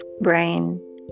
brain